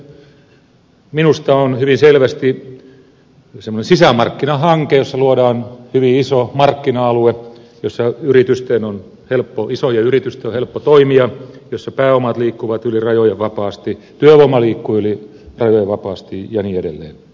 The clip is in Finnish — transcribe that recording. kyllä se minusta on hyvin selvästi semmoinen sisämarkkinahanke jossa luodaan hyvin iso markkina alue jossa isojen yritysten on helppo toimia jossa pääomat liikkuvat yli rajojen vapaasti työvoima liikkuu yli rajojen vapaasti ja niin edelleen